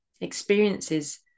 experiences